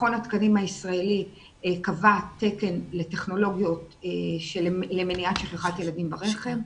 מכון התקנים הישראלי קבע תקן לטכנולוגיות למניעת שכחת ילדים ברכב.